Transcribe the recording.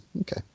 Okay